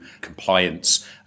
compliance